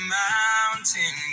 mountain